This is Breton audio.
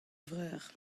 vreur